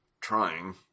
trying